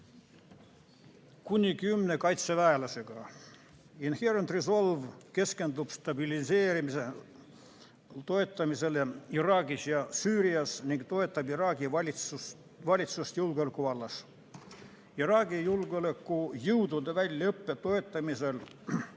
kuni kümne kaitseväelasega. Inherent Resolve keskendub stabiliseerimise toetamisele Iraagis ja Süürias ning toetab Iraagi valitsust julgeoleku vallas. Iraagi julgeolekujõudude väljaõppe toetamisel tehakse